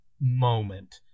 moment